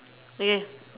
okay